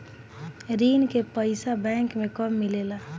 ऋण के पइसा बैंक मे कब मिले ला?